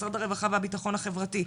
משרד הרווחה והביטחון החברתי,